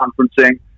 conferencing